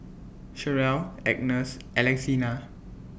Cherrelle Agnes Alexina